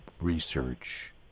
research